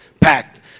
Packed